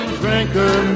drinker